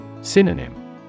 Synonym